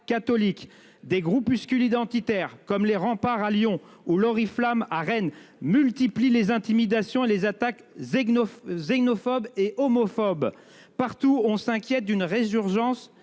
Des groupuscules identitaires, comme Les Remparts à Lyon ou L'Oriflamme à Rennes, multiplient les intimidations et les attaques xénophobes et homophobes. Vous mentez ! Partout, on s'inquiète d'une résurgence